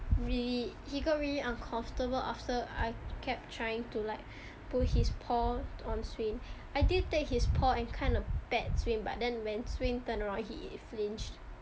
really he got really uncomfortable after I kept trying to like put his paw on swain I did take his paw and kind of pat swain but then when swain turn around he flinched